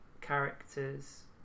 characters